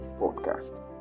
Podcast